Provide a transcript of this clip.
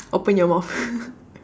open your mouth